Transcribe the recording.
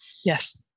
Yes